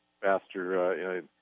faster